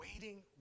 waiting